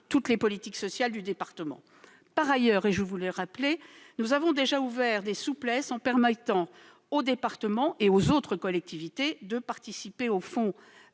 toutes les politiques sociales du département. Par ailleurs, je rappelle que nous avons déjà admis des souplesses en permettant aux départements et aux autres collectivités de participer au fonds